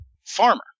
farmer